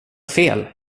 fel